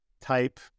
type